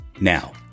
Now